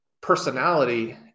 personality